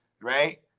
Right